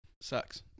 sucks